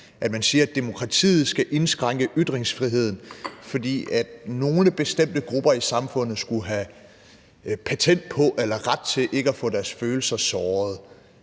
at man siger, at demokratiet skal indskrænke ytringsfriheden, fordi nogle bestemte grupper i samfundet skulle have patent på eller ret til ikke at få deres følelser såret.